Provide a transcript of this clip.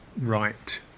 right